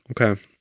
Okay